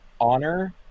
honor